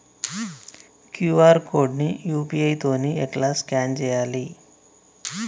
QR code ని UPI తోని ఎట్లా స్కాన్ చేయాలి?